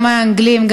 גם האנגליים,